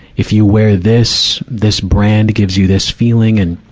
if you wear this, this brand gives you this feeling. and,